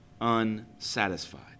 unsatisfied